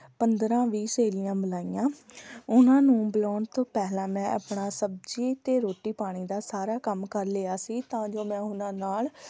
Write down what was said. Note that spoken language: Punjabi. ਪੰਦਰਾਂ ਵੀਹ ਸਹੇਲੀਆਂ ਬੁਲਾਈਆਂ ਉਹਨਾਂ ਨੂੰ ਬੁਲਾਉਣ ਤੋਂ ਪਹਿਲਾਂ ਮੈਂ ਆਪਣਾ ਸਬਜ਼ੀ ਅਤੇ ਰੋਟੀ ਪਾਣੀ ਦਾ ਸਾਰਾ ਕੰਮ ਕਰ ਲਿਆ ਸੀ ਤਾਂ ਜੋ ਮੈਂ ਉਹਨਾਂ ਨਾਲ